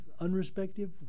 unrespective